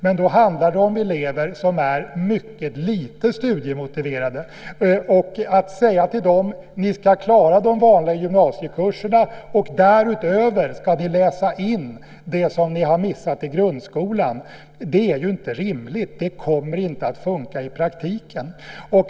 Men nu handlar det om elever som är mycket lite studiemotiverade, och att då säga till dem att de ska klara de vanliga gymnasiekurserna och därutöver läsa in det som de missat i grundskolan är inte rimligt. Det kommer inte att fungera i praktiken.